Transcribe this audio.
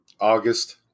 August